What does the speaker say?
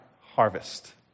harvest